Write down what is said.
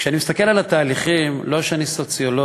וכשאני מסתכל על התהליכים, לא שאני סוציולוג